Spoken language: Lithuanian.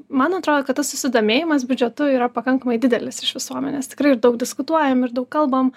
man atrodo kad tas susidomėjimas biudžetu yra pakankamai didelis iš visuomenės tikrai daug diskutuojam ir daug kalbam